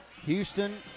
Houston